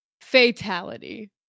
fatality